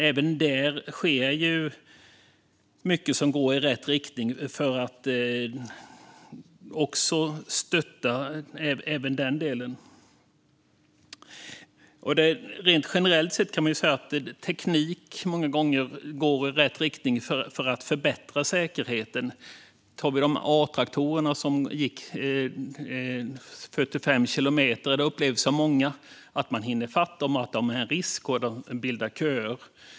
Även där sker det mycket som går i rätt riktning för att stötta i den delen. Generellt går tekniken många gånger i rätt riktning för att förbättra säkerheten. Med de A-traktorer som gick i 45 kilometer i timmen upplevde många att man hann i fatt dem, att de var en risk och att de skapade köer.